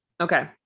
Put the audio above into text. Okay